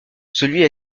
celui